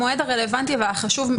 המועד הרלבנטי והחשוב,